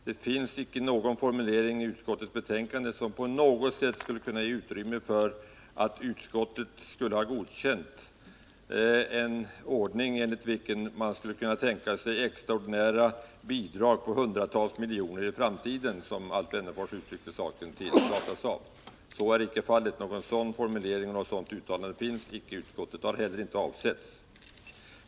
Det finnsicke någon formulering i utskottets betänkande som på något sätt skulle kunna ge utrymme för tolkningen att utskottet skulle ha godkänt en ordning enligt vilken man skulle kunna tänka sig extraordinära bidrag på hundratals miljoner i framtiden, som Alf Wennerfors uttryckte saken, till Datasaab. Så är icke fallet. Någon sådan formulering finns icke i utskottets betänkande, och det har heller inte varit avsikten.